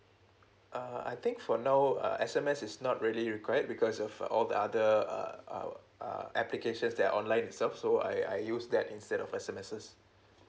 uh I think for now uh S_M_S is not really required because of all the other uh uh uh applications that are online itself so I I use that instead of S_M_Ses